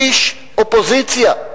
איש אופוזיציה,